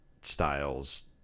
styles